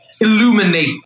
Illuminate